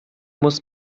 muss